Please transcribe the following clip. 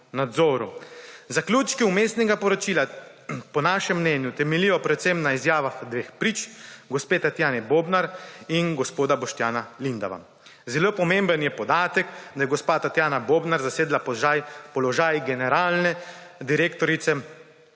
podatek, da je gospa Tatjana Bobnar zasedla položaj generalne direktorice